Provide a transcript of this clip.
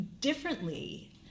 differently